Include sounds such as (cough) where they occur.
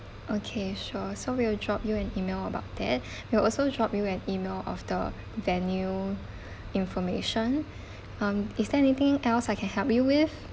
okay sure so we'll drop you an email about that (breath) we'll also drop you an email of the venue (breath) information um is there anything else I can help you with